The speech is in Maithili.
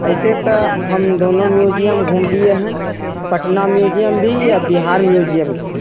एहिसे तऽ दोनो म्युजियम घुमलियै हन पटना म्युजियम भी आ बिहार म्युजियम भी